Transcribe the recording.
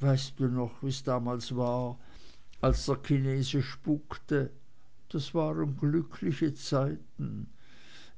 weißt du noch wie's damals war als der chinese spukte das waren glückliche zeiten